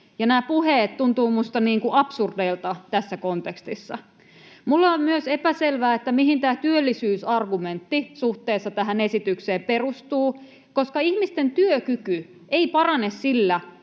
Nämä puheet tuntuvat minusta absurdeilta tässä kontekstissa. Minulle on myös epäselvää, mihin työllisyysargumentti suhteessa tähän esitykseen perustuu, koska ihmisten työkyky ei parane sillä,